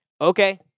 Okay